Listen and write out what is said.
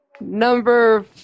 Number